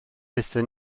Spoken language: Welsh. aethon